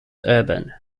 urban